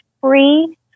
free